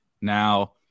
now